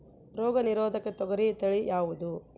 ರೋಗ ನಿರೋಧಕ ತೊಗರಿ ತಳಿ ಯಾವುದು?